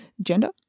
gender